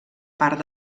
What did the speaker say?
part